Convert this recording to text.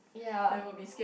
ya